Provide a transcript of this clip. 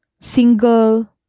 single